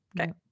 Okay